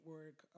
work